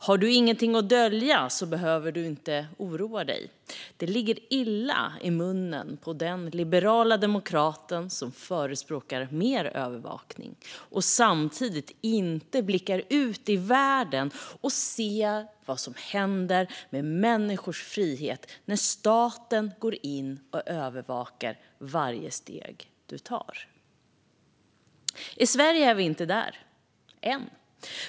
Har du inget att dölja behöver du inte oroa dig - det ligger illa i munnen på den liberala demokraten som förespråkar mer övervakning men inte blickar ut i världen och ser vad som händer med människors frihet när staten går in och övervakar varje steg man tar. I Sverige är vi inte där - än.